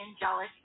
angelic